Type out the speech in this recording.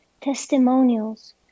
testimonials